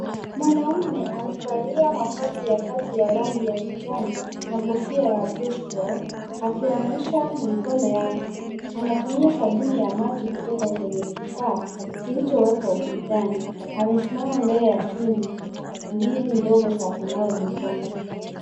Mwanaume amevalia mavazi ya kazi ya rangi ya kijani na kofia ya baseball akiosha mikono yake. Anatumia sabuni ya maji kutoka kwenye kifaa kilichowekwa ukutani. Amesimama mbele ya sinki mbili ndogo za kunawa mikono.